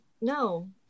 No